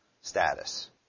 status